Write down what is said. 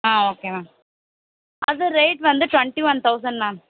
ஆ okay ma'am அது rate வந்து twenty one thousand ma'am